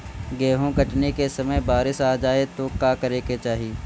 गेहुँ कटनी के समय बारीस आ जाए तो का करे के चाही?